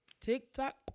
TikTok